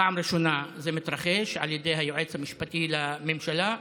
פעם ראשונה זה מתרחש על ידי היועץ המשפטי לממשלה,